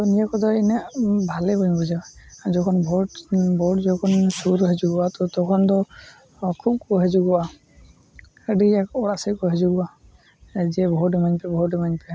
ᱛᱚ ᱱᱤᱭᱟᱹ ᱠᱚᱫᱚ ᱤᱱᱟᱹᱜ ᱵᱷᱟᱞᱮ ᱵᱟᱹᱧ ᱵᱩᱡᱷᱟᱹᱣᱟ ᱡᱚᱠᱷᱚᱱ ᱵᱷᱳᱴ ᱵᱷᱳᱴ ᱡᱚᱠᱷᱚᱱ ᱥᱩᱨ ᱦᱟ ᱡᱩᱜᱚᱜᱼᱟ ᱛᱚᱠᱷᱚᱱ ᱫᱚᱠᱷᱩᱵ ᱠᱚ ᱦᱟᱹᱡᱩᱜᱚᱜᱼᱟ ᱟᱹᱰᱤ ᱟᱠᱚ ᱚᱲᱟᱜ ᱥᱮᱡ ᱠᱚ ᱦᱟ ᱡᱩᱜᱚᱜᱼᱟ ᱡᱮ ᱵᱷᱳᱴ ᱮᱢᱟᱹᱧ ᱯᱮ ᱵᱷᱳᱴ ᱮᱢᱟᱹᱧ ᱯᱮ